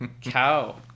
cow